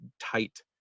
tight